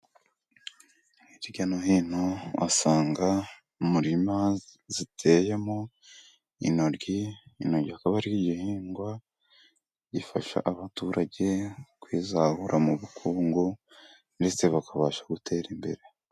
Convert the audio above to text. Hirya no hino uhasanga imirima iteyemo intoryi, Intoryi zikaba ari igihingwa gifasha abaturage kwizahura mu bukungu, ndetse bakabasha gutera imbere.